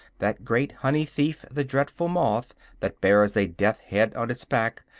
that great honey-thief, the dreadful moth that bears a death's head on its back,